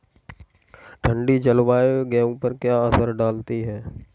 ठंडी जलवायु गेहूँ पर क्या असर डालती है?